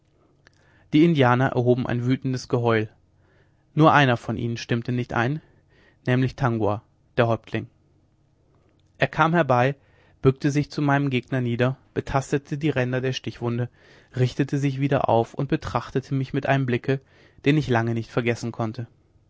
die indianer erhoben ein wütendes geheul nur einer von ihnen stimmte nicht ein nämlich tangua der häuptling er kam herbei bückte sich zu meinem gegner nieder betastete die ränder der stichwunde richtete sich wieder auf und betrachtete mich mit einem blicke den ich lange nicht vergessen konnte